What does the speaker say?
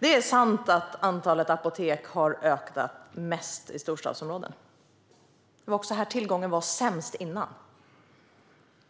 Det är sant att antalet apotek har ökat mest i storstadsområdena, men det var också där som tillgången tidigare var sämst.